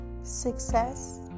Success